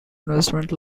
investments